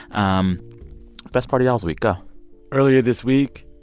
um best part of y'all's week go earlier this week,